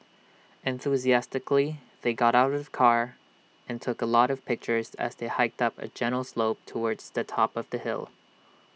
enthusiastically they got out of the car and took A lot of pictures as they hiked up A gentle slope towards the top of the hill